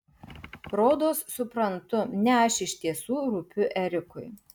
rodos suprantu ne aš iš tiesų rūpiu erikui